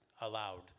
allowed